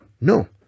No